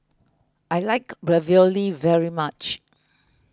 I like Ravioli very much